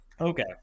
Okay